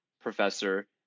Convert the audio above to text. professor